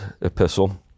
epistle